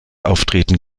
auftreten